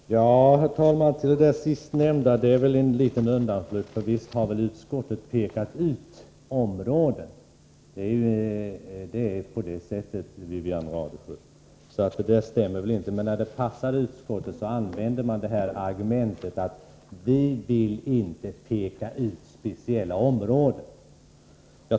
Herr talman! Beträffande det sista i föregående anförande vill jag säga att det i viss mån är en undanflykt att uttala sig som man gör, för visst har väl utskottet pekat ut särskilda områden. Det är på det sättet, Wivi-Anne Radesjö! Det förda resonemanget stämmer således inte riktigt. När det passar utskottet tar man till argumentet att man inte vill peka ut speciella områden.